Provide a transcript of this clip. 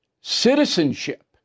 citizenship